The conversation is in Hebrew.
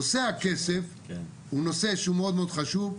נושא הכסף הוא נושא שהוא מאוד מאוד חשוב.